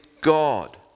God